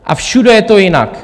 A všude je to jinak.